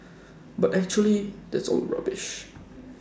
but actually that's all rubbish